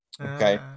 Okay